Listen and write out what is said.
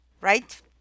right